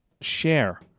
share